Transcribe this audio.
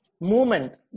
movement